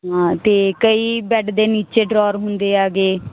ਹਾਂ ਤੇ ਕਈ ਬੈੱਡ ਦੇ ਨੀਚੇ ਡਰੋਰ ਹੁੰਦੇ ਹੈਗੇ